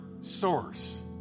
source